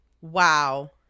Wow